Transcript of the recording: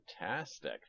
Fantastic